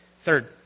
Third